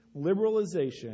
liberalization